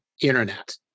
internet